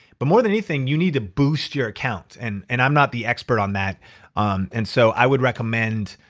but more than anything you need to boost your account. and and i'm not the expert on that um and so i would recommend,